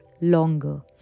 longer